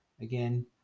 Again